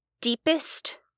deepest